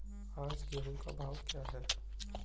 आज गेहूँ का भाव क्या है?